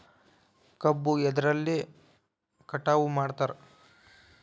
ಕಬ್ಬು ಎದ್ರಲೆ ಕಟಾವು ಮಾಡ್ತಾರ್?